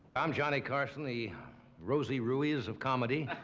i'm johnny carson, the rosie ruiz of comedy.